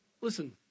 listen